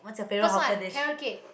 first one carrot-cake